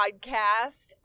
Podcast